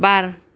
बार